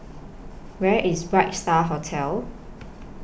Where IS Bright STAR Hotel